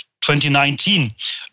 2019